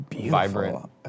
vibrant